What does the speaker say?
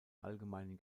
allgemeinen